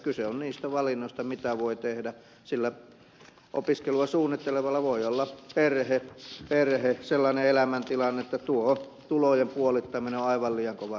kyse on niistä valinnoista mitä voi tehdä sillä opiskelua suunnittelevalla voi olla perhe sellainen elämäntilanne että tuo tulojen puolittaminen on aivan liian kova rasite